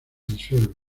disuelve